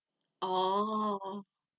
orh